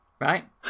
Right